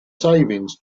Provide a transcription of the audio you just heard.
savings